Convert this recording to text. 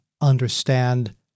understand